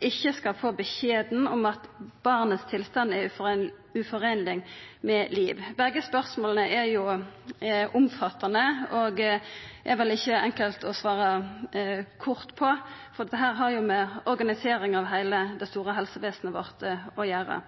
ikkje skal få beskjed om at barnets tilstand er uforeinleg med liv. Begge spørsmåla er omfattande, og dei er ikkje enkle å svara kort på, for det har med organiseringa av heile det store helsevesenet vårt å gjera.